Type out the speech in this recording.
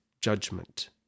judgment